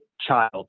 child